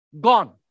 gone